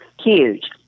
Huge